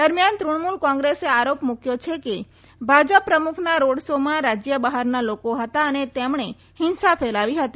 દરમિયાન તૃણમુલ કોંગ્રેસે આરોપ મુકયો છે કે ભાજપ પ્રમુખના રોડ શોમાં રાજય બહારના લોકો હતા અને તેમણે હિંસા ફેલાવી હતી